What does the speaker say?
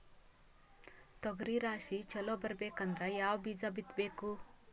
ತೊಗರಿ ರಾಶಿ ಚಲೋ ಬರಬೇಕಂದ್ರ ಯಾವ ಬೀಜ ಬಿತ್ತಬೇಕು?